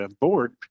board